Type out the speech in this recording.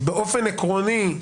שבאופן עקרוני,